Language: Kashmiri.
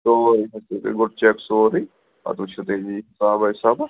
سورُے وُچھِو تُہۍ گۄڈٕ چیک سورُے پَتہٕ وُچھِو تُہۍ یہِ حِسابا وِسابا